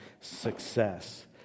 success